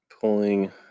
Pulling